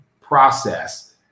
process